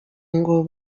ngo